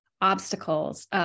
obstacles